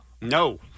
No